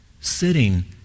Sitting